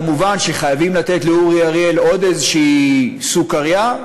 כמובן שחייבים לתת לאורי אריאל עוד איזושהי סוכרייה.